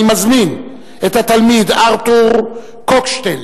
אני מזמין את התלמיד ארתור קוקשטל